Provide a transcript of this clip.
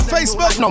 Facebook